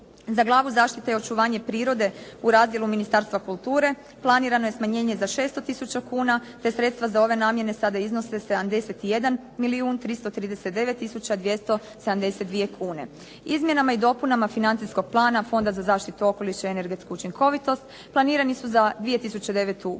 Za glavu zaštite i očuvanje prirode u razdjelu Ministarstva kulture planirano je smanjenje za 600 tisuća kuna, te sredstva za ove namjene sada iznose 71 milijun 339 tisuća 272 kune. Izmjenama i dopunama Financijskog plana Fonda za zaštitu okoliša i energetsku učinkovitost planirani su za 2009. godinu